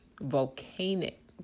volcanic